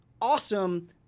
awesome